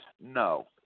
No